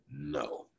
No